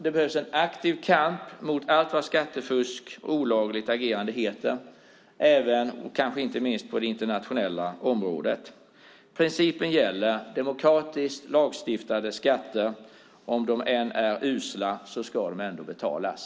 Det behövs en aktiv kamp mot allt vad skattefusk och olagligt agerande heter, kanske inte minst på det internationella området. Principen gäller; demokratiskt lagstiftade skatter, om än usla, ska ändå betalas.